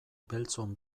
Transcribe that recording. beltzon